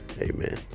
amen